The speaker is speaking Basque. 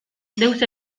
deus